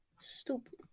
Stupid